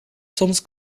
soms